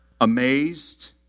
amazed